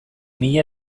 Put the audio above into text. mila